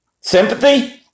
sympathy